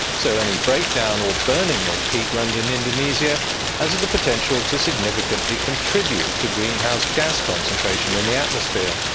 so any breakdown or burning of peatland in indonesia has the potential to significantly contribute to greenhouse gas concentration in the atmosphere.